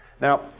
Now